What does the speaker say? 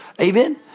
Amen